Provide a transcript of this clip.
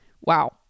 wow